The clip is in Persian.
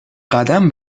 قدم